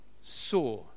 saw